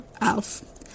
Alf